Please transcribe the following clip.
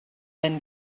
then